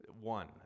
One